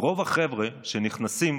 רוב החבר'ה שנכנסים,